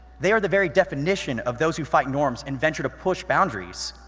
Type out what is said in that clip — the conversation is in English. they are the very definition of those who fight norms and venture to push boundaries.